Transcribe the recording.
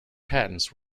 patents